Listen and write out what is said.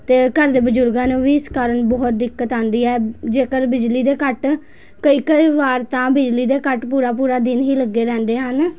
ਅਤੇ ਘਰ ਦੇ ਬਜ਼ੁਰਗਾਂ ਨੂੰ ਵੀ ਇਸ ਕਾਰਨ ਬਹੁਤ ਦਿੱਕਤ ਆਉਂਦੀ ਹੈ ਜੇਕਰ ਬਿਜਲੀ ਦੇ ਕੱਟ ਕਈ ਕਈ ਵਾਰ ਤਾਂ ਬਿਜਲੀ ਦੇ ਕੱਟ ਪੂਰਾ ਪੂਰਾ ਦਿਨ ਹੀ ਲੱਗੇ ਰਹਿੰਦੇ ਹਨ